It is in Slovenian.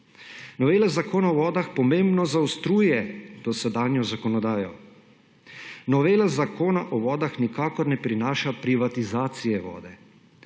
novela Zakona o vodah pomembno zaostruje sedanjo zakonodajo; novela Zakona o vodah nikakor ne prinaša privatizacije vode;